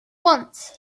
once